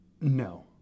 No